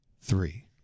three